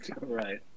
Right